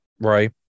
right